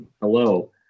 Hello